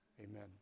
Amen